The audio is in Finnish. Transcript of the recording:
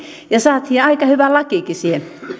ja saimme aika hyvän lainkin siihen